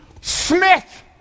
Smith